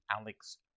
Alex